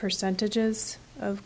percentages of